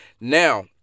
Now